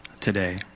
today